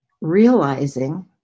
realizing